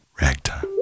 Ragtime